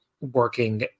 working